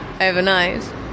overnight